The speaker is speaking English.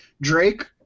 Drake